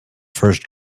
first